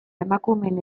emakumeen